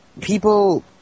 people